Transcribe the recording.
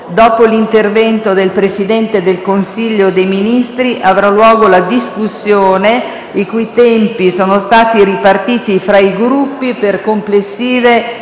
Dopo l'intervento del Presidente del Consiglio dei ministri, avrà luogo la discussione, i cui tempi sono stati ripartiti fra i Gruppi per complessive